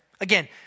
Again